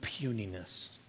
puniness